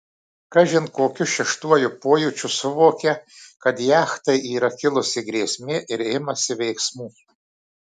kažin kokiu šeštuoju pojūčiu suvokia kad jachtai yra kilusi grėsmė ir imasi veiksmų